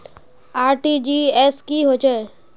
RTGS की होचए?